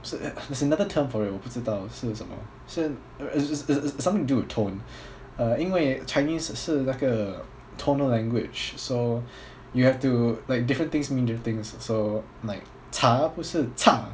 s~ uh there's another term for it 我不知道是什么是 it's it's it's something to do with tone 因为 chinese 是那个 tonal language so you have to like different things mean different things so like 茶不是差